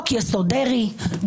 אני מבקש שתחזרי בך.